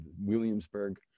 Williamsburg